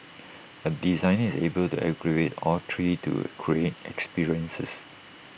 A designer is able to aggregate all three to create experiences